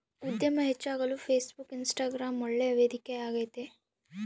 ಉದ್ಯಮ ಹೆಚ್ಚಾಗಲು Facebook, Instagram ಒಳ್ಳೆ ವೇದಿಕೆ ಆಗೈತೆ